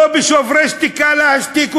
לא ב"שוברים שתיקה", להשתיק אותם,